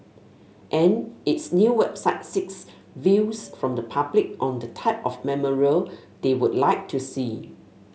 and its new website seeks views from the public on the type of memorial they would like to see